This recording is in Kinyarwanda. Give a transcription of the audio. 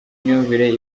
imyumvire